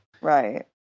Right